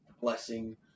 blessing